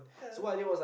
yeah